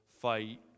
fight